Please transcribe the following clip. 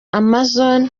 amazon